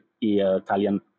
italian